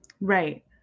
Right